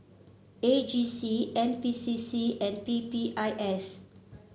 A G C N P C C and P P I S